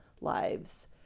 lives